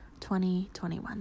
2021